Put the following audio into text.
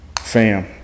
fam